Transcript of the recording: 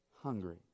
hungry